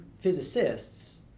physicists